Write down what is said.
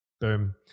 Boom